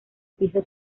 piso